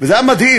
וזה היה מדהים.